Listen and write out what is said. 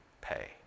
pay